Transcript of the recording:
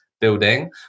building